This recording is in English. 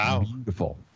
beautiful